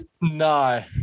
No